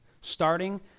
starting